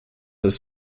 ist